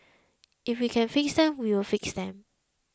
if we can fix them we will fix them